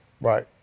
Right